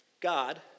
God